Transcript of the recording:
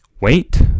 wait